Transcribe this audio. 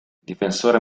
difensore